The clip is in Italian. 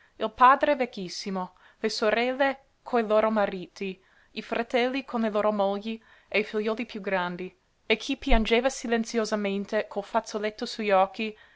il padre vecchissimo le sorelle coi loro mariti i fratelli con le loro mogli e i figliuoli piú grandi e chi piangeva silenziosamente col fazzoletto sugli occhi